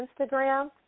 Instagram